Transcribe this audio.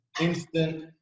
instant